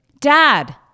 Dad